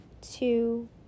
two